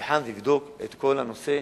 שיבחן ויבדוק את כל הנושא,